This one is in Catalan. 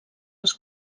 els